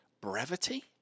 Brevity